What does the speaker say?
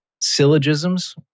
syllogisms